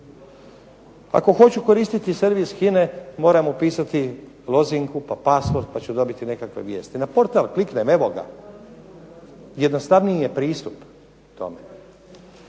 Ako hoću koristiti servis HINA-e moram upisati lozinku, pa pasvord, pa ću dobiti neke vijesti. Na portal kliknem, evo ga. Jednostavniji je pristup tome.